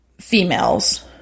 females